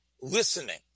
listening